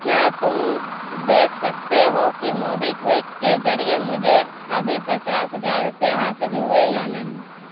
کیا تم دیکھ سکتے ہو کہ موبیکیوک کے ذریعے مجھے ابھی پچاس ہزار روپئے حاصل ہوئے یا نہیں